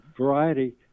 Variety